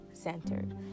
centered